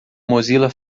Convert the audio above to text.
mozilla